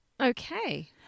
okay